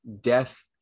death